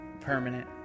permanent